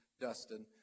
Dustin